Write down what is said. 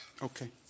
Okay